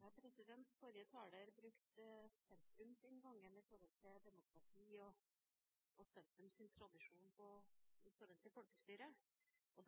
brukte sentrumsinngangen med hensyn til demokrati og sentrums tradisjon når det gjaldt folkestyret.